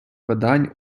видань